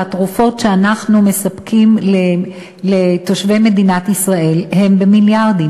והתרופות שאנחנו מספקים לתושבי מדינת ישראל הן במיליארדים,